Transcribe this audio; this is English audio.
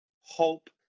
hope